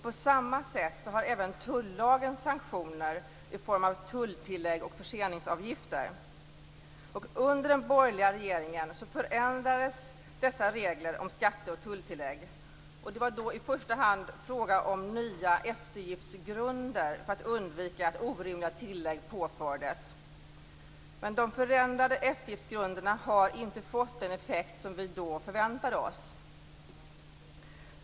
På samma sätt har även tullagen sanktioner i form av tulltillägg och förseningsavgifter. Under den borgerliga regeringen förändrades dessa regler om skatteoch tulltillägg. Det var i första hand fråga om nya eftergiftsgrunder för att undvika att orimliga tillägg påfördes. De förändrade eftergiftsgrunderna har emellertid inte fått den effekt som vi då förväntade oss.